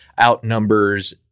outnumbers